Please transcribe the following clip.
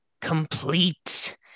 complete